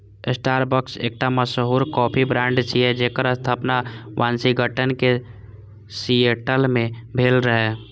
Starbucks एकटा मशहूर coffee brand छियै, जेकर स्थापना वाशिंगटन के सिएटल मे भेल रहै